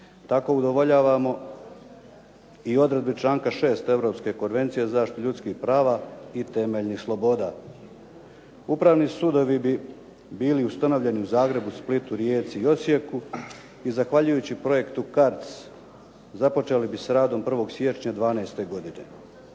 Tako udovoljavamo i odredbi članka 6. europske Konvencije o zaštiti ljudskih prava i temeljnih sloboda. Upravni sudovi bi bili ustanovljeni u Zagrebu, Splitu, Rijeci i Osijeku i zahvaljujući projektu CARDS započeli bi s radom 1. siječnja '12. godine.